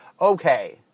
okay